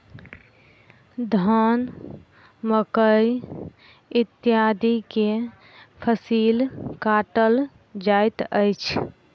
धान, मकई इत्यादि के फसिल काटल जाइत अछि